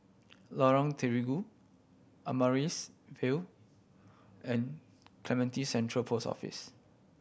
Lorong Terigu Amaryllis Ville and Clementi Central Post Office